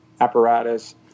apparatus